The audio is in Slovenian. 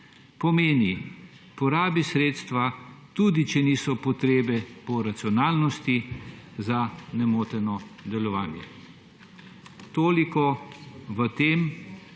Pomeni, porabi sredstva, tudi če niso potrebe po racionalnosti za nemoteno delovanje. Toliko o tem,